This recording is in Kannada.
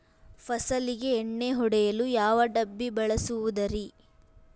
ಫಸಲಿಗೆ ಎಣ್ಣೆ ಹೊಡೆಯಲು ಯಾವ ಡಬ್ಬಿ ಬಳಸುವುದರಿ?